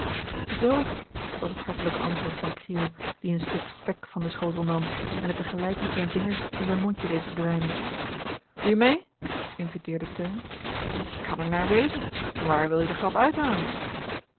zoo was het hartelijke antwoord van kriel die een stuk spek van den schotel nam en het tegelijk met zijne vingers in zijn mondje deed verdwijnen doe je meê inviteerde teun t kan er naar wezen waar wil je de grap uithalen